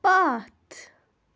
پَتھ